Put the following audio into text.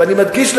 ואני מדגיש,